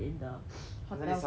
isn't it self quarantine